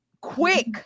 quick